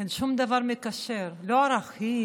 אין שום דבר מקשר, לא ערכים,